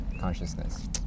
consciousness